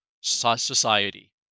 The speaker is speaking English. society